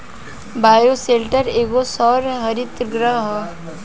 bioshelter एगो सौर हरित गृह ह